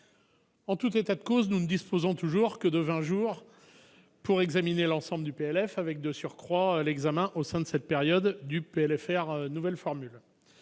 En tout état de cause, nous ne disposons toujours que de vingt jours pour examiner l'ensemble du PLF, avec, de surcroît, l'examen au sein de cette période du projet de loi de